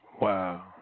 Wow